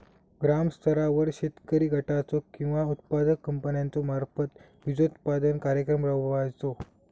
ग्रामस्तरावर शेतकरी गटाचो किंवा उत्पादक कंपन्याचो मार्फत बिजोत्पादन कार्यक्रम राबायचो?